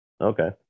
Okay